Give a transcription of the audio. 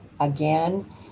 again